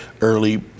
early